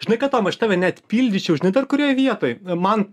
žinai ką tomai aš tave net pildyčiau žinai dar kurioj vietoj man